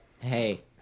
hey